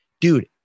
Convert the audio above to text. Dude